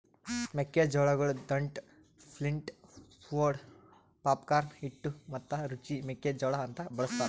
ಮೆಕ್ಕಿ ಜೋಳಗೊಳ್ dent, flint, pod, popcorn, ಹಿಟ್ಟು ಮತ್ತ ರುಚಿ ಮೆಕ್ಕಿ ಜೋಳ ಅಂತ್ ಬಳ್ಸತಾರ್